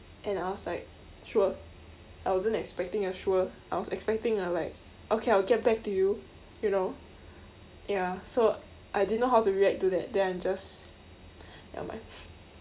and I was like sure I wasn't expecting a sure I was expecting a like okay I will get back to you you know ya so I didn't know how to react to that then I just nevermind